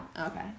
Okay